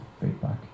feedback